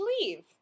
leave